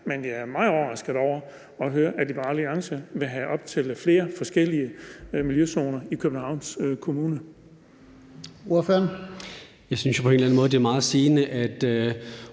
Men jeg er meget overrasket over at høre, at Liberal Alliance vil have op til flere forskellige miljøzoner i Københavns Kommune.